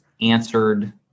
answered